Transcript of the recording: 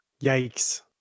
Yikes